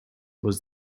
was